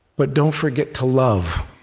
but don't forget to love.